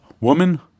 Woman